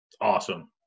awesome